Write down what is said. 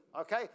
Okay